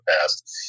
past